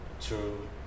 True